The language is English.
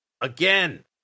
again